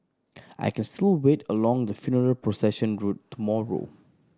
I can still wait along the funeral procession route tomorrow